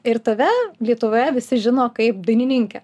ir tave lietuvoje visi žino kaip dainininkę